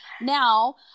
Now